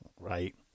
Right